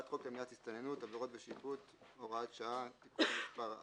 אז אני מקריא את